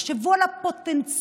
תחשבו על הפוטנציאל